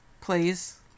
Please